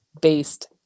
based